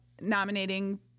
nominating